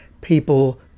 people